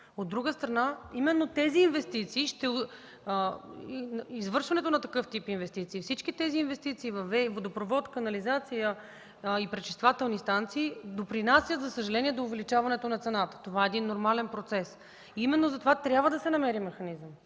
От друга страна, именно тези инвестиции, извършването на такъв тип инвестиции и всички тези инвестиции във водопровод, канализация и пречиствателни станции допринасят, за съжаление, за увеличаването на цената. Това е един нормален процес. Именно затова трябва да се намери механизъм.